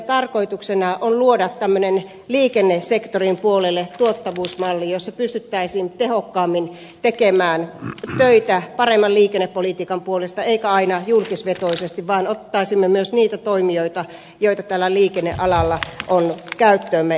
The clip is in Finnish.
tarkoituksena on luoda liikennesektorin puolelle tuottavuusmalli jotta pystyttäisiin tehokkaammin tekemään töitä paremman liikennepolitiikan puolesta eikä aina julkisvetoisesti vaan ottaisimme myös niitä toimijoita käyttöömme joita tällä liikennealalla on